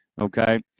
Okay